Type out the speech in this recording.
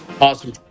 Awesome